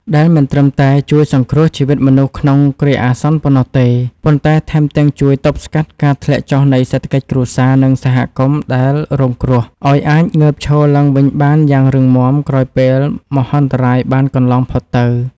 ដែលមិនត្រឹមតែជួយសង្គ្រោះជីវិតមនុស្សក្នុងគ្រាអាសន្នប៉ុណ្ណោះទេ ប៉ុន្តែថែមទាំងជួយទប់ស្កាត់ការធ្លាក់ចុះនៃសេដ្ឋកិច្ចគ្រួសារ និងសហគមន៍ដែលរងគ្រោះ ឱ្យអាចងើបឈរឡើងវិញបានយ៉ាងរឹងមាំក្រោយពេលមហន្តរាយបានកន្លងផុតទៅ។